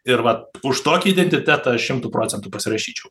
ir vat už tokį identitetą šimtu procentų pasirašyčiau